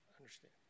Understand